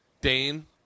Dane